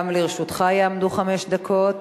גם לרשותך יעמדו חמש דקות.